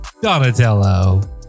Donatello